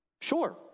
Sure